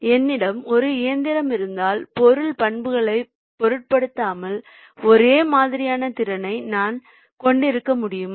என்னிடம் ஒரு இயந்திரம் இருந்தால் பொருள் பண்புகளைப் பொருட்படுத்தாமல் ஒரே மாதிரியான திறனை நான் கொண்டிருக்க முடியுமா